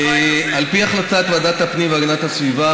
על פי החלטת ועדת הפנים והגנת הסביבה,